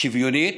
שוויונית,